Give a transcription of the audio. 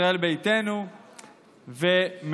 ישראל ביתנו ומרצ.